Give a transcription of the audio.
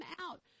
out